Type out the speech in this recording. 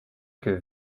que